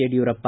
Yediyurappa